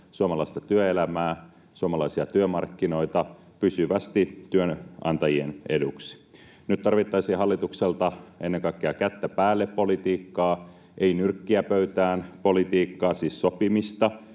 suomalaista työelämää, suomalaisia työmarkkinoita pysyvästi työnantajien eduksi. Nyt tarvittaisiin hallitukselta ennen kaikkea ”kättä päälle” ‑politiikkaa, ei ”nyrkkiä pöytään” ‑politiikkaa, siis sopimista